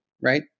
right